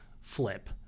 Flip